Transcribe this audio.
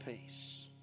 peace